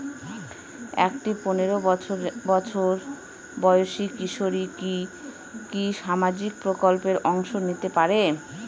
একটি পোনেরো বছর বয়সি কিশোরী কি কি সামাজিক প্রকল্পে অংশ নিতে পারে?